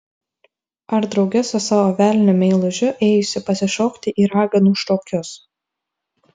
ar drauge su savo velniu meilužiu ėjusi pasišokti į raganų šokius